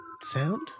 sound